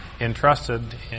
entrusted